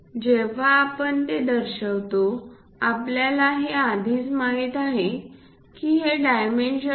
जेव्हा आपण ते दर्शवितोआपल्याला हे आधीच माहित आहे की हे डायमेन्शन 2